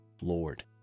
Lord